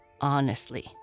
Honestly